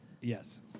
Yes